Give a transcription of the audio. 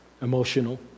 emotional